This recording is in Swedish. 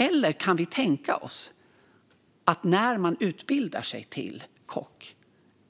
Eller kan vi tänka oss att man när man utbildar sig till kock